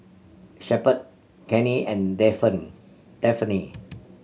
Shepherd Cannie and Daphne